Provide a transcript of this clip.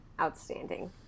outstanding